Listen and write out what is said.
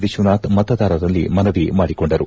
ವಿಶ್ವನಾಥ್ ಮತದಾರರಲ್ಲಿ ಮನವಿ ಮಾಡಿಕೊಂಡಿದ್ದಾರೆ